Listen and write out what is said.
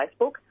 Facebook